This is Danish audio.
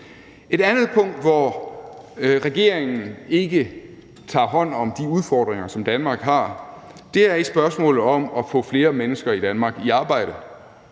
Et andet punkt, hvor regeringen ikke tager hånd om de udfordringer, som Danmark har, er i spørgsmålet om at få flere mennesker i Danmark i arbejde.